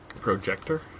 projector